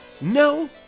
no